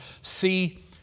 See